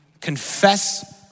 confess